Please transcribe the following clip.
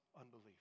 unbelief